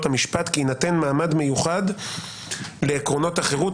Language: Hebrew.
המשפט כי יינתן מעמד מיוחד לעקרונות החירות,